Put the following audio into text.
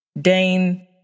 Dane